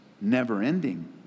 never-ending